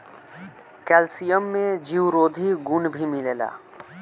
calcium में जीवरोधी गुण भी मिलेला